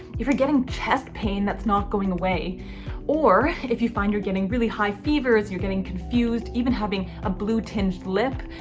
if you're getting chest pain that's not going away or if you find you're getting really high fevers, you're getting confused or even having a blue-tinged lip.